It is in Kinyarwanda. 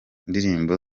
ndirimbo